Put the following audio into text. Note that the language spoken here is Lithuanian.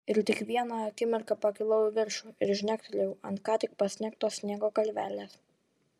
ir tik vieną akimirką pakilau į viršų ir žnektelėjau ant ką tik pasnigto sniego kalvelės